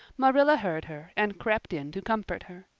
marilla heard her and crept in to comfort her.